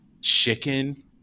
Chicken